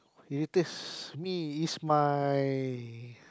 irritates me is my